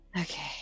okay